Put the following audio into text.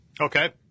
Okay